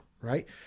right